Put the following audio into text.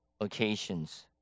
occasions